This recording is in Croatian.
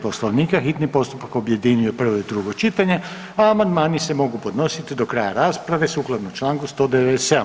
Poslovnika hitni postupak objedinjuje prvo i drugo čitanje, a amandmani se mogu podnositi do kraja rasprave sukladno članku 197.